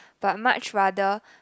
but much rather